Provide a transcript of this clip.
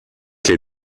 qué